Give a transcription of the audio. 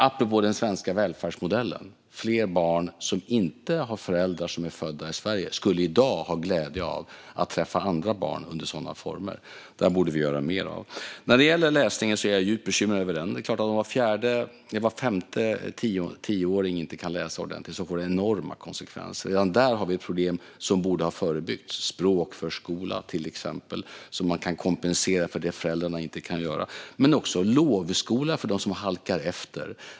Apropå den svenska välfärdsmodellen: Fler barn som inte har föräldrar som är födda i Sverige skulle i dag ha glädje av att träffa andra barn under sådana former. Detta borde vi göra mer av. Detta med läsningen är jag djupt bekymrad över. När var femte tioåring inte kan läsa ordentligt får det enorma konsekvenser. Redan där har vi problem som borde ha förebyggts genom till exempel språkförskola, så att man kompensera för det som föräldrarna inte kan göra, och också lovskola för dem som halkar efter.